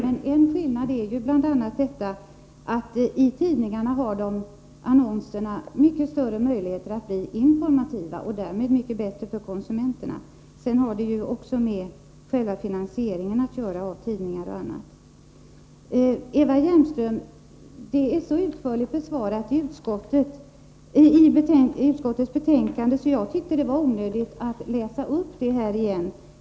Men en skillnad är att i tidningarna har annonserna mycket större möjligheter att bli informativa och därmed mycket bättre för konsumenterna. Sedan har det ju också att göra med själva finansieringen av tidningar. Till Eva Hjelmström: Frågorna om finansieringen är så utförligt besvarade iutskottets betänkande att jag tyckte det var onödigt att läsa upp det här igen.